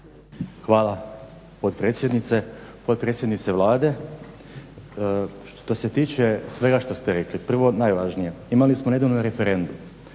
Hvala potpredsjednice. Potpredsjednice Vlade. Što se tiče svega što ste rekli, prvo najvažnije, imali smo nedavno referendum